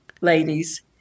ladies